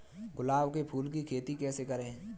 गुलाब के फूल की खेती कैसे करें?